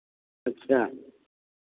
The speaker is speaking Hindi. अच्छा